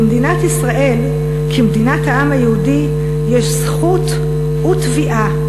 למדינת ישראל כמדינת העם היהודי יש זכות ותביעה